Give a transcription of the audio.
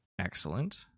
Excellent